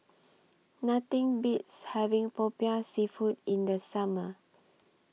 Nothing Beats having Popiah Seafood in The Summer